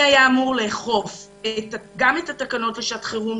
אמור היה לאכוף את התקנות לשעת חירום,